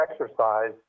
exercise